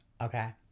Okay